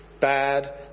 bad